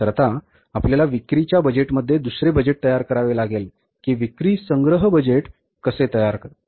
तर आता आपल्याला विक्रीच्या बजेटमध्ये दुसरे बजेट तयार करावे लागेल कि विक्री संग्रह बजेट कसे तयार करावे